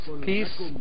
peace